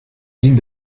ville